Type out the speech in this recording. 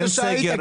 באיזו שעה היית?